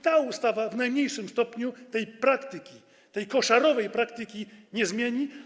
Ta ustawa w najmniejszym stopniu tej praktyki, tej koszarowej praktyki, nie zmieni.